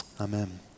Amen